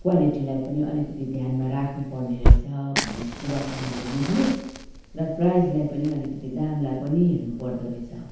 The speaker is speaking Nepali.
क्वालिटीलाई पनि अलिकति ध्यानमा राख्नु पर्ने रहेछ भन्ने कुरा चाहिँ मैले बुझेँ र प्राइजलाई पनि अलिकति दामलाई पनि हेर्नु पर्दोरहेछ